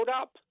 up